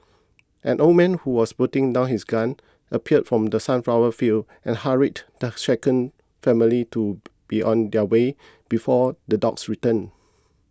an old man who was putting down his gun appeared from the sunflower fields and hurried the shaken family to be on their way before the dogs return